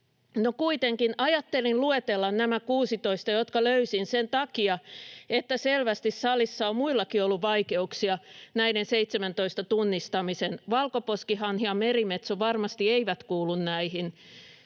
kuitenkin ajattelin luetella nämä 16, jotka löysin, sen takia, että selvästi salissa on muillakin ollut vaikeuksia näiden 17:n tunnistamisessa. Valkoposkihanhi ja merimetso varmasti eivät kuulu näihin,